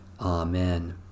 Amen